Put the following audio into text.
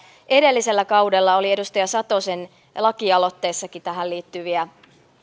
edellisellä kaudella oli edustaja satosen lakialoitteessakin tähän liittyviä